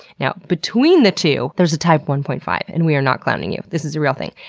now, between the two there's a type one point five, and we are not clowning you. this is a real thing.